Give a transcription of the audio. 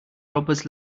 robbers